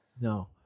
No